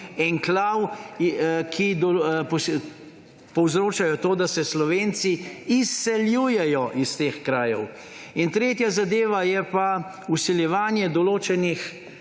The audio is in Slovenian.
enklav, ki povzročajo to, da se Slovenci izseljujejo iz teh krajev. Tretja zadeva je pa vsiljevanje določenih,